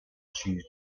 choose